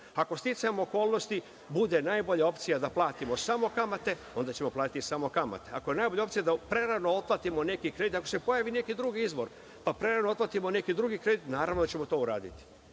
Ako sticajem okolnosti bude najbolja opcija da platimo samo kamate, onda ćemo platiti samo kamate. Ako je najbolja opcija da prerano otplatimo neki kredit, ako se pojavi neki drugi izbor, pa prevremeno otplatimo neki drugi kredit, naravno da ćemo to uraditi.